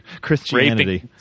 Christianity